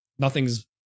nothing's